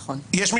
אגב,